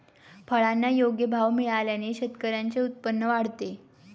फळांना योग्य भाव मिळाल्याने शेतकऱ्यांचे उत्पन्न वाढते